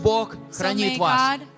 God